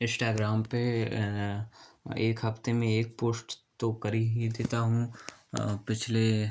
Instagram पर एक हफ़्ते में एक पोश्ट तो कर ही देता हूँ पिछले